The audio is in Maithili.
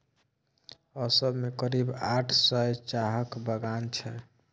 असम मे करीब आठ सय चाहक बगान छै